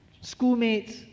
schoolmates